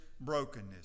brokenness